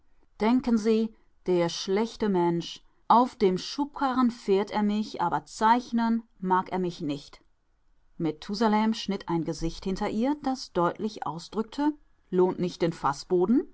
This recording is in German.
denken sie der schlechte mensch auf dem schubkarren fährt er mich aber zeichnen mag er mich nicht methusalem schnitt ein gesicht hinter ihr das deutlich ausdrückte lohnt nicht den